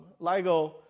LIGO